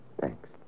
thanks